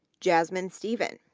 jasmine stephen,